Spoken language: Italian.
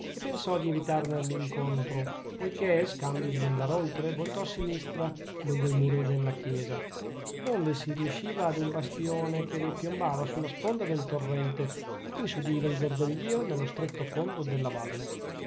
e pensò di evitarne l'incontro poichè scambio di andar oltre voltò a sinistra lungo il muro della chiesa donde si riesciva ad un bastione che piombava sulla sponda del torrente di cui si udiva il gorgoglio nello stretto fondo della valle